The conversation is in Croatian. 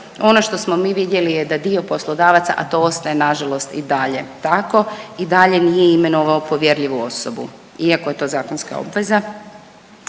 Ono što smo mi vidjeli je da dio poslodavaca, a to ostaje na žalost i dalje tako i dalje nije imenovao povjerljivu osobu iako je to zakonska obveza.